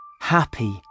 happy